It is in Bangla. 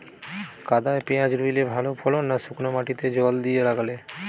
কাদায় পেঁয়াজ রুইলে ভালো ফলন না শুক্নো মাটিতে জল দিয়ে লাগালে?